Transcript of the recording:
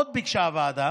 עוד ביקשה הוועדה